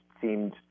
seemed